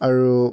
আৰু